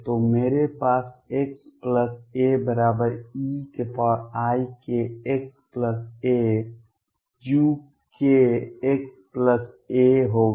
तो मेरे पास xaeikxaukxa होगा